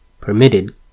permitted